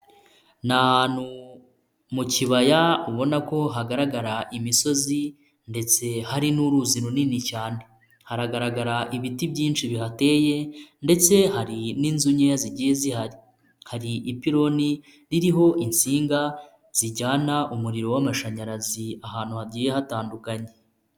Ni ahantu mu kibaya, ubona ko hagaragara imisozi, ndetse hari n'uruzi runini cyane. Haragaragara ibiti byinshi bihateye, ndetse hari n'inzu nkeya zigiye zihari. Hari ipironi ririho insinga, zijyana umuriro w'amashanyarazi ahantu hagiye hatandukanye.